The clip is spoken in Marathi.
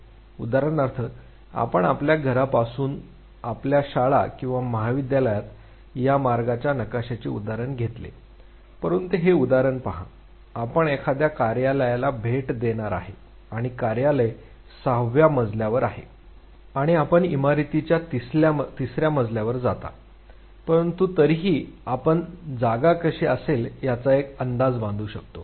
उदाहरणार्थ आपण आपल्या घरापासून आपल्या शाळा किंवा महाविद्यालयात या मार्गाच्या नकाशाचे उदाहरण घेतले परंतु हे उदाहरण पहा आपण एखाद्या कार्यालय भेट देणार आहे आणि ते कार्यालय सहाव्या मजल्यावर आहे आणि आपण इमारतीच्या तिसर्या मजल्यावर जाता परंतु तरीही आपण जागा कशी असेल याचा एक अंदाज बांधू शकतो